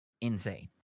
insane